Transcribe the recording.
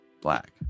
Black